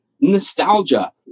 nostalgia